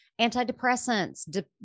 antidepressants